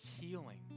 healing